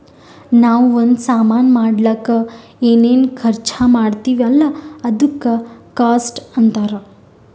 ನಾವೂ ಒಂದ್ ಸಾಮಾನ್ ಮಾಡ್ಲಕ್ ಏನೇನ್ ಖರ್ಚಾ ಮಾಡ್ತಿವಿ ಅಲ್ಲ ಅದುಕ್ಕ ಕಾಸ್ಟ್ ಅಂತಾರ್